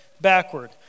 backward